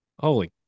Holy